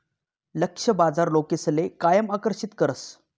लक्ष्य बाजार लोकसले कायम आकर्षित करस